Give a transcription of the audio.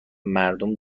مردم